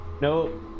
no